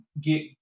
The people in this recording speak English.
get